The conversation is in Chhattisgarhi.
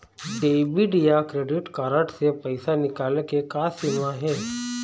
डेबिट या क्रेडिट कारड से पैसा निकाले के का सीमा हे?